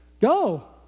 Go